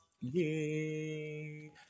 Yay